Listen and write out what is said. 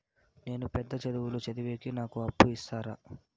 నేను పెద్ద చదువులు చదివేకి నాకు అప్పు ఇస్తారా